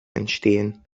entstehen